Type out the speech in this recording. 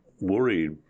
worried